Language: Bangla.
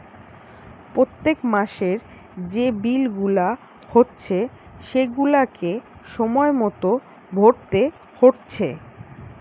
পোত্তেক মাসের যে বিল গুলা হচ্ছে সেগুলাকে সময় মতো ভোরতে হচ্ছে